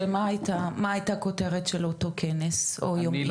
ומה הייתה הכותרת של אותו כנס או יום עיון?